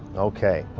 okay. but